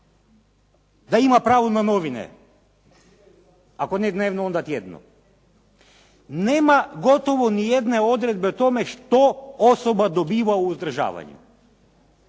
da ima pravo na novine, ako ne dnevno onda tjedno. Nema gotovo niti jedne odredbe o tome što osoba dobiva u uzdržavanju,